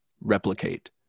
replicate